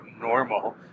normal